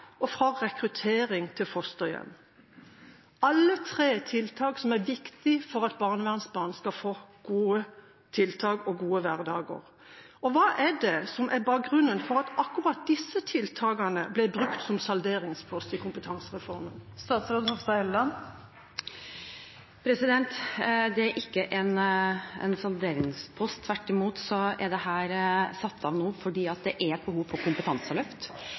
og fra rekruttering til fosterhjem. Alle tre er tiltak som er viktige for at barnehjemsbarn skal få gode tiltak og en god hverdag. Hva er det som er bakgrunnen for at akkurat disse tiltakene ble brukt som salderingspost i kompetansereformen? Det er ikke en salderingspost, tvert imot er dette satt av nå fordi det er behov for et kompetanseløft.